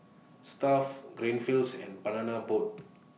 Stuff'd Greenfields and Banana Boat